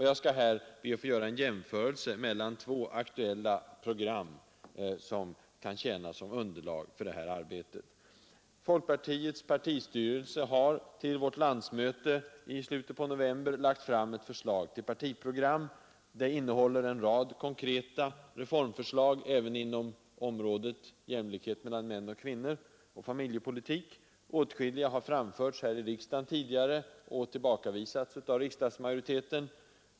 Jag skall be att få göra en jämförelse mellan två aktuella program som kan tjäna som underlag för det här arbetet. Folkpartiets partistyrelse har till vårt landsmöte i slutet av november lagt fram ett förslag till partiprogram. Det innehåller en rad konkreta reformförslag även inom området jämlikhet mellan män och kvinnor och familjepolitik. Åtskilliga av dem har framförts här i riksdagen tidigare och tillbakavisats av riksdagsmajoriteten.